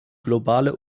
globale